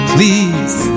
Please